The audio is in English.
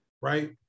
right